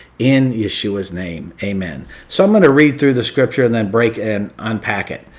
in yeshua's name. amen. so i'm going to read through the scripture and then break and unpack it.